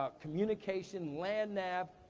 ah communication, land nav,